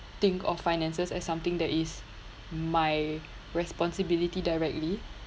think of finances as something that is my responsibility directly